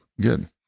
Good